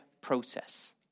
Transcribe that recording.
process